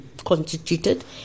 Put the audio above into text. constituted